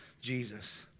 Jesus